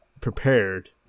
prepared